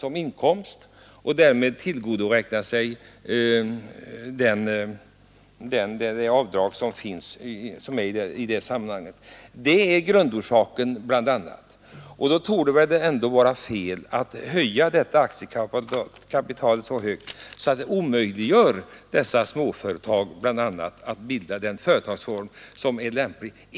Om verksamheten emellertid drivs i form av aktiebolag, blir det annorlunda. Det torde väl ändå vara fel att sätta fordringarna på aktiekapital så högt att det blir omöjligt för den här typen av företagare att använda den företagsform som är lämpligast.